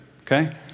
okay